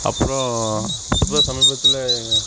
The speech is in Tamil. அப்புறம் இப்போ சமீபத்தில்